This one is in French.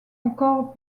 encore